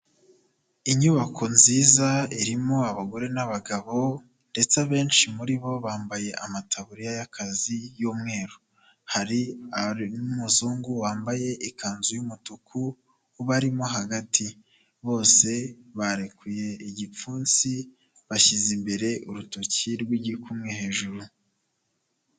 Inyubako nziza irimo abagore n'abagabo ndetse abenshi muri bo bambaye amataburiya y'akazi y'umweru, hari n'umuzungu wambaye ikanzu y'umutuku ubarimo hagati, bose barekuye igipfunsi bashyize imbere urutoki rw'igikumwe hejuru.